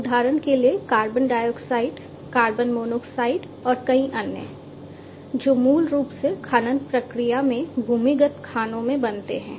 उदाहरण के लिए कार्बन डाइऑक्साइड कार्बन मोनोऑक्साइड और कई अन्य जो मूल रूप से खनन प्रक्रिया में भूमिगत खानों में बनते हैं